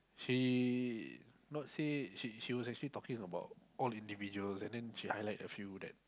she not say she she was talking all individuals and then she highlight a few that